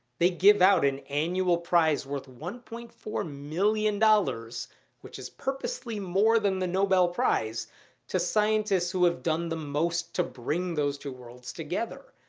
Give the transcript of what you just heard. they give out an annual prize worth one point four million dollars dollars which is purposely more than the nobel prize to scientists who have done the most to bring those two worlds together.